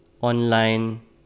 online